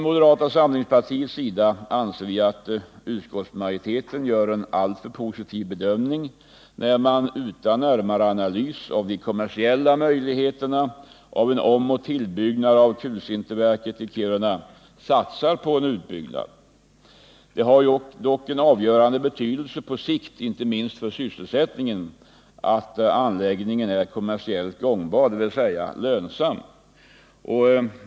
Moderata samlingspartiet anser att utskottsmajoriteten gör en alltför positiv bedömning, när den utan en närmare analys av de kommersiella möjligheterna av en omoch tillbyggnad av kulsinterverket i Kiruna satsar på en utbyggnad. Det är ju dock på sikt av avgörande betydelse, inte minst för sysselsättningen, att anläggningen är kommersiellt gångbar, dvs. lönsam.